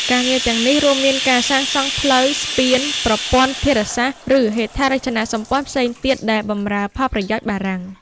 ការងារទាំងនោះរួមមានការសាងសង់ផ្លូវ ស្ពាន ប្រព័ន្ធធារាសាស្ត្រ ឬហេដ្ឋារចនាសម្ព័ន្ធផ្សេងទៀតដែលបម្រើផលប្រយោជន៍បារាំង។